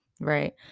right